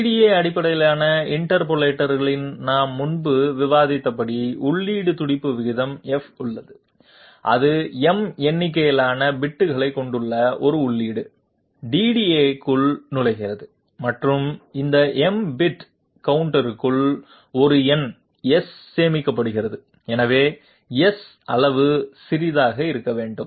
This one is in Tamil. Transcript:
DDA அடிப்படையிலான இன்டர்போலேட்டரில் நாம் முன்பு விவாதித்தபடி உள்ளீடு துடிப்பு விகிதம் f உள்ளது அது m எண்ணிக்கையிலான பிட்களைக் கொண்ட ஒரு உள்ளீடு DDA க்குள் நுழைகிறது மற்றும் இந்த m பிட் கவுண்டருக்குள் ஒரு எண் S சேமிக்கப்படுகிறது எனவே S அளவு சிறியதாக இருக்க வேண்டும்